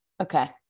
Okay